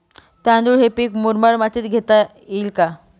तांदूळ हे पीक मुरमाड मातीत घेता येईल का?